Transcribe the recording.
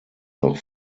noch